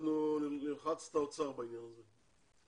אנחנו נלחץ את האוצר בעניין הזה.